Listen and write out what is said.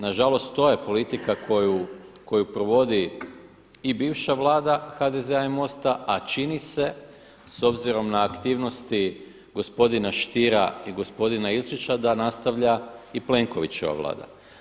Nažalost to je politika koju provodi i bivša vlada HDZ-a i MOST-a, a čini se s obzirom na aktivnosti gospodina Stiera i gospodina Ilčića da nastavlja i Plenkovićeva Vlada.